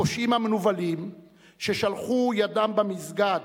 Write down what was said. הפושעים המנוולים ששלחו ידם במסגד,